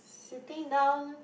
sitting down